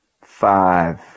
Five